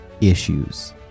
issues